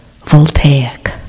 voltaic